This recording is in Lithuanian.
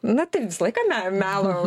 na tai visą laiką me melo